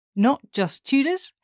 notjusttudors